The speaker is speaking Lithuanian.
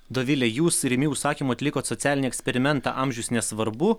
dovile jūs rimi užsakymu atlikot socialinį eksperimentą amžius nesvarbu